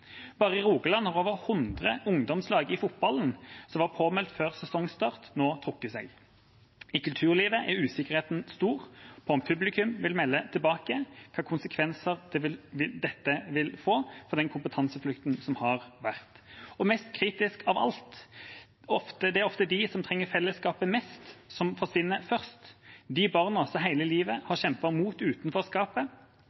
Bare i Rogaland har over 100 ungdomslag i fotballen som var påmeldt før sesongstart, nå trukket seg. I kulturlivet er usikkerheten stor med tanke på om publikum vil vende tilbake – og hvilke konsekvenser dette vil få for den kompetanseflukten som har vært. Mest kritisk av alt er at det ofte er de som trenger fellesskapet mest, som forsvinner først – de barna som hele livet har